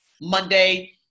Monday